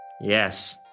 Yes